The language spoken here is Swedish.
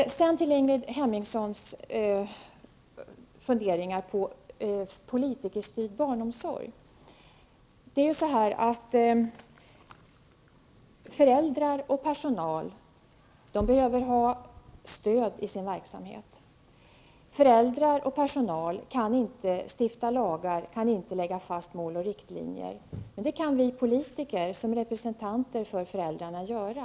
Sedan till Ingrid Hemmingssons funderingar om politikerstyrd barnomsorg. Föräldrar och personal behöver ha stöd i sin verksamhet. Föräldrar och personal kan inte stifta lagar och kan inte lägga fast mål och riktlinjer, men det kan vi politiker som representanter för föräldrarna göra.